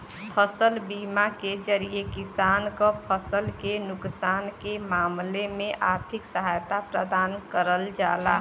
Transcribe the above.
फसल बीमा के जरिये किसान क फसल के नुकसान के मामले में आर्थिक सहायता प्रदान करल जाला